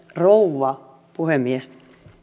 rouva puhemies